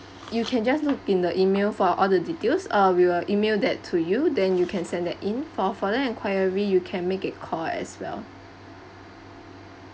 you can just look in the email for all the details uh we will email that to you then you can send that in for further enquiry you can make a call as well